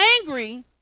angry